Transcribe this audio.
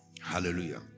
Hallelujah